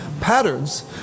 patterns